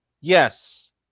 Yes